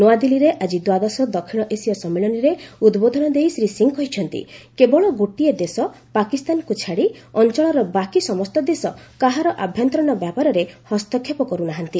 ନୂଆଦିଲ୍ଲୀରେ ଆଜି ଦ୍ୱାଦଶ ଦକ୍ଷିଣ ଏସୀୟ ସମ୍ମିଳନୀରେ ଉଦ୍ବୋଧନ ଦେଇ ଶ୍ରୀ ସିଂହ କହିଛନ୍ତି କେବଳ ଗୋଟିଏ ଦେଶ ପାକିସ୍ତାନକ୍ ଛାଡ଼ି ଅଞ୍ଚଳର ବାକି ସମସ୍ତ ଦେଶ କାହାର ଆଭ୍ୟନ୍ତରୀଣ ବ୍ୟାପାରରେ ହସ୍ତକ୍ଷେପ କର୍ ନାହନ୍ତି